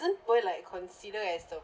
isn't pearl like considered as the